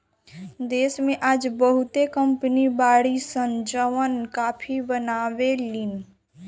देश में आज बहुते कंपनी बाड़ी सन जवन काफी बनावे लीन